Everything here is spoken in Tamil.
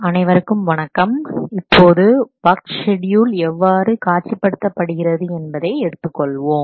அனைவருக்கும் வணக்கம் இப்போது வொர்க் ஷெட்யூல் எவ்வாறு காட்சிப்படுத்தப்படுகிறது என்பதை எடுத்துக் கொள்வோம்